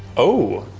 oh,